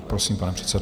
Prosím, pane předsedo.